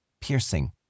piercing